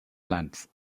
lands